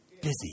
busy